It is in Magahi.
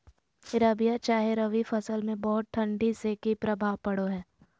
रबिया चाहे रवि फसल में बहुत ठंडी से की प्रभाव पड़ो है?